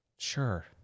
Sure